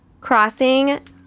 Crossing